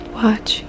watch